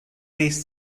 based